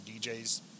DJ's